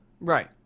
Right